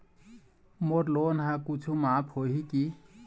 मोर loan हा कुछू माफ होही की?